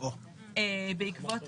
בעקבות